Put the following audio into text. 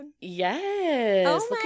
Yes